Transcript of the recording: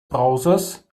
browsers